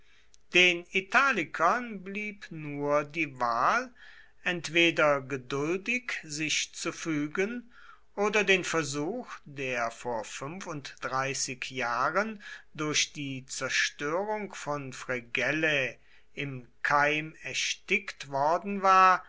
den italikern blieb nur die wahl entweder geduldig sich zu fügen oder den versuch der vor fünfunddreißig jahren durch die zerstörung von fregellae im keim erstickt worden war